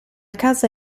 casa